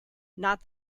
not